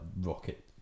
rocket